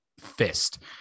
fist